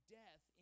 death